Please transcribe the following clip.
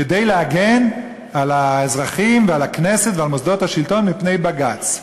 כדי להגן על האזרחים ועל הכנסת ועל מוסדות השלטון מפני בג"ץ,